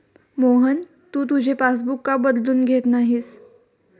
मोहन, तू तुझे पासबुक का बदलून घेत नाहीस?